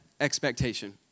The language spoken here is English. expectation